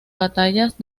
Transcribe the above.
batallas